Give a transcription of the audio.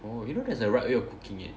oh you know there's a right way of cooking it